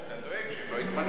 אתה דואג שהם לא יתמנו.